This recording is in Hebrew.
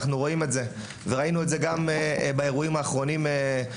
אנחנו רואים את זה וראינו את זה גם באירועים האחרונים שקרו.